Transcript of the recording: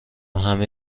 همه